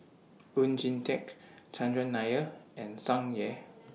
Oon Jin Teik Chandran Nair and Tsung Yeh